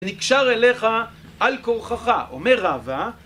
ונקשר אליך על כורכך, אומר רבא